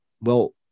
Well-